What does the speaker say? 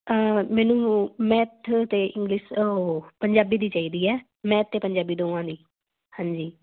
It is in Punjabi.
ਮੈਨੂੰ ਮੈਥ ਅਤੇ ਇੰਗਲਿਸ਼ ਓਹ ਪੰਜਾਬੀ ਦੀ ਚਾਹੀਦੀ ਹੈ ਮੈਥ ਅਤੇ ਪੰਜਾਬੀ ਦੋਵਾਂ ਲਈ ਹਾਂਜੀ